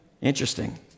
Interesting